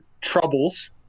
troubles